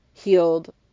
healed